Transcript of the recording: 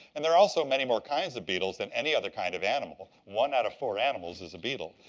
and there are also many more kinds of beetles than any other kind of animal. one out of four animals is a beetle.